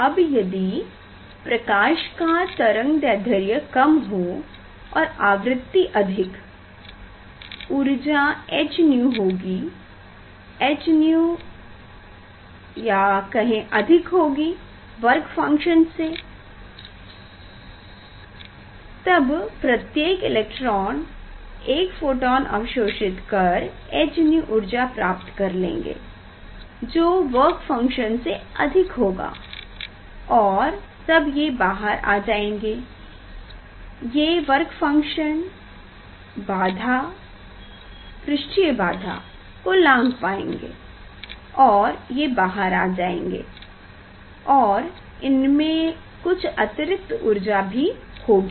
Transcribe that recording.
अब यदि प्रकाश का तरंगदैध्र्य कम हो और आवृति अधिक ऊर्जा h𝛎 अधिक होगी h𝛎0 से या कहें अधिक होगी वर्क फंक्शन W से तब प्रत्येक इलेक्ट्रॉन एक फोटोन अवशोषित कर h𝛎 ऊर्जा प्राप्त कर लेंगें जो वर्क फंक्शन से अधिक होगा और तब ये बाहर आ जायेंगे ये वर्कफंक्शन बाधा पृष्ठीय बाधा को लाँघ पाऍंगे और ये बाहर आ जायेंगे और इनमें कुछ अतिरिक्त ऊर्जा भी होगी